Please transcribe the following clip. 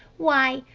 why,